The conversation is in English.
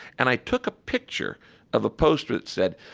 and i took a picture of a poster that said,